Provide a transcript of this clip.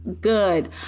good